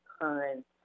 current